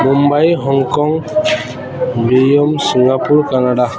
Mumbai Hong Kong Singapore Canada